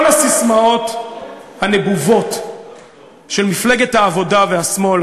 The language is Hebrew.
כל הססמאות הנבובות של מפלגת העבודה והשמאל,